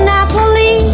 Napoli